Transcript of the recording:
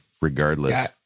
regardless